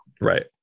right